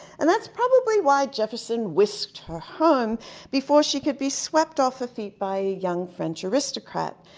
and that's probably why jefferson whisked her home before she could be swept off her feet by a young french aristocrat.